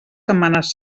setmanes